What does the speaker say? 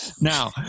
Now